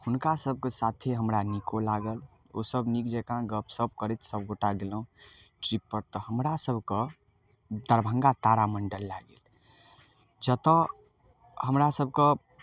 हुनका सबके साथे हमरा नीको लागल ओसब नीक जकाँ गप सप करैत सब गोटा गेलहुँ ट्रिपपर तऽ हमरा सबके दरभंगा तारामण्डल लए गेल जतऽ हमरा सबके